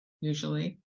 usually